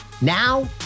now